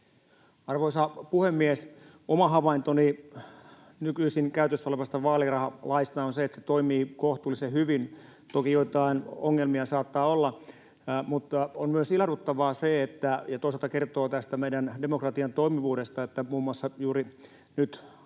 Arvoisa puhemies! Oma havaintoni nykyisin käytössä olevasta vaalirahalaista on se, että se toimii kohtuullisen hyvin — toki joitain ongelmia saattaa olla. On myös ilahduttavaa ja toisaalta kertoo tästä meidän demokratian toimivuudesta se, että muun muassa juuri nyt